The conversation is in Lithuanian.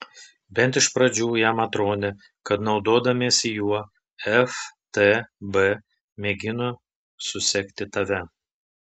bent iš pradžių jam atrodė kad naudodamiesi juo ftb mėgino susekti tave